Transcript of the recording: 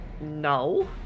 no